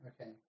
Okay